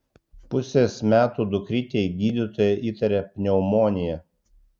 pusės metų dukrytei gydytoja įtaria pneumoniją